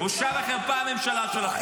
בושה וחרפה הממשלה שלכם.